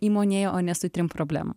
įmonėje o ne su trim problemom